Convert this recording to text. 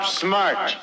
smart